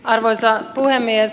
arvoisa puhemies